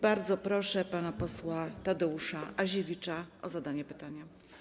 Bardzo proszę pana posła Tadeusza Aziewicza o zadanie pytania.